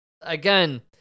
again